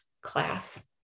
class